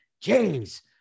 James